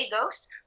ghost